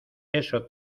eso